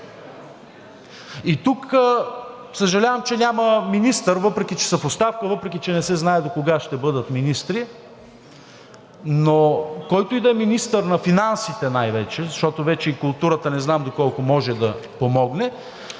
И тук – съжалявам, че няма министър, въпреки че са в оставка, въпреки че не се знае докога ще бъдат министри, но който и да е министър на финансите най-вече, защото вече и културата не знам доколко може да помогне,